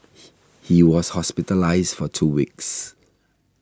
he was hospitalised for two weeks